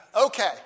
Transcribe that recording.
Okay